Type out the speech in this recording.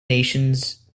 nations